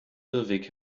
irrweg